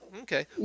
Okay